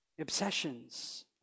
obsessions